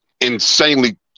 insanely